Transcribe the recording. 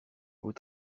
vous